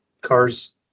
cars